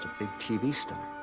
big tv star,